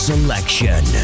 Selection